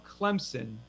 Clemson